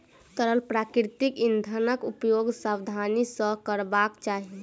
तरल प्राकृतिक इंधनक उपयोग सावधानी सॅ करबाक चाही